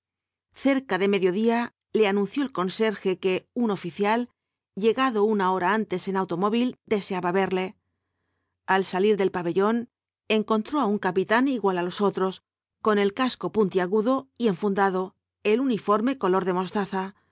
cerca de mediodía le anunció el conserje que un oñcial llegado una hora antes en automóvil deseaba verle al salir del pabellón encontró á un capitán igual á los otros con el casco puntiagudo y enfundado el uniforme color de mostaza